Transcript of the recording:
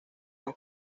los